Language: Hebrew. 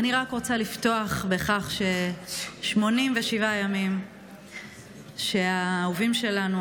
אני רק רוצה לפתוח בכך ש-87 ימים שהאהובים שלנו,